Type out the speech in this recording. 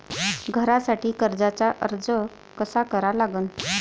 घरासाठी कर्जाचा अर्ज कसा करा लागन?